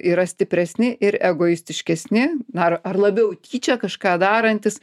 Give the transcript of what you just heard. yra stipresni ir egoistiškesni na ar ar labiau tyčia kažką darantys